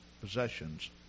possessions